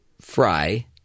fry